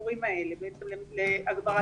החיבורים האלה בעצם להגברת